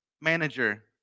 manager